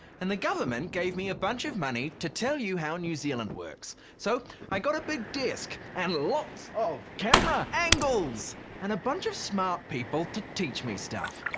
and the government gave me a bunch of money to tell you how new zealand works. so i got a big desk and lots of camera angles and a bunch of smart people to teach me stuff.